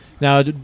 Now